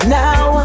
now